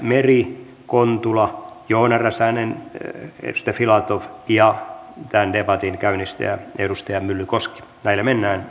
meri kontula joona räsänen filatov ja tämän debatin käynnistäjä edustaja myllykoski näillä mennään